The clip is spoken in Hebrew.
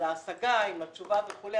על ההשגה עם התשובה וכולי.